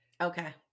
Okay